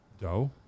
dough